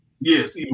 Yes